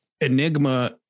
Enigma